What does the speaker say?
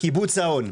קיבוץ האון.